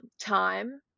time